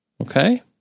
Okay